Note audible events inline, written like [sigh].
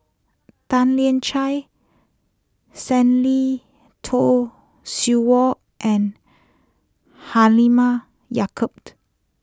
Tan Lian Chye Stanley Toft Stewart and Halimah Yacob [noise]